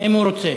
אם הוא רוצה.